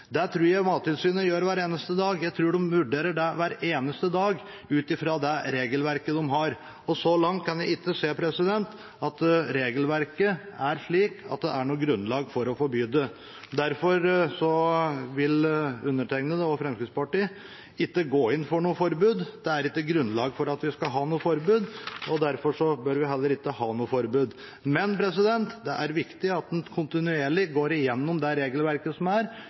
Det tror jeg Mattilsynet vurderer hver eneste dag ut fra det regelverket de har. Så langt kan jeg ikke se at regelverket er slik at det er noe grunnlag for å forby det. Derfor vil undertegnede og Fremskrittspartiet ikke gå inn for noe forbud. Det er ikke grunnlag for at vi skal ha noe forbud, og derfor bør vi heller ikke ha noe forbud. Det er viktig at en kontinuerlig går gjennom det regelverket som